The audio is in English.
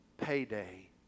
payday